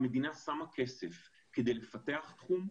המדינה שמה כסף כדי לפתח תחום,